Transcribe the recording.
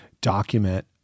document